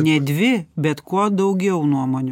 ne dvi bet kuo daugiau nuomonių